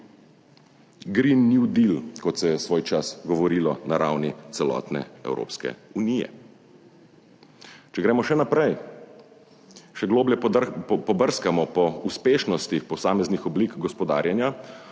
»Green new deal«, kot se je svoj čas govorilo na ravni celotne Evropske unije. Če gremo še naprej, še globlje pobrskamo po uspešnosti posameznih oblik gospodarjenja,